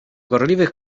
gorliwych